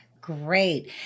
Great